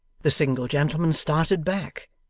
the single gentleman started back,